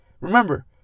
remember